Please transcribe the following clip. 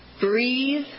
Breathe